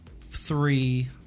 three